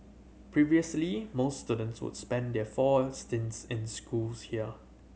previously most students would spend their four stints in schools here